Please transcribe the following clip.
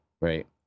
right